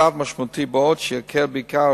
זהו צעד משמעותי מאוד שיקל בעיקר על